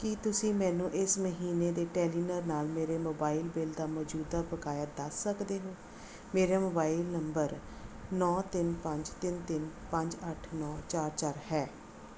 ਕੀ ਤੁਸੀਂ ਮੈਨੂੰ ਇਸ ਮਹੀਨੇ ਦੇ ਟੈਲੀਨਾਰ ਨਾਲ ਮੇਰੇ ਮੋਬਾਈਲ ਬਿੱਲ ਦਾ ਮੌਜੂਦਾ ਬਕਾਇਆ ਦੱਸ ਸਕਦੇ ਹੋ ਮੇਰਾ ਮੋਬਾਈਲ ਨੰਬਰ ਨੌਂ ਤਿੰਨ ਪੰਜ ਤਿੰਨ ਤਿੰਨ ਪੰਜ ਅੱਠ ਨੌਂ ਚਾਰ ਚਾਰ ਹੈ